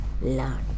learn